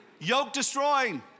Yoke-destroying